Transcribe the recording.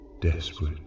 desperate